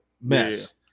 mess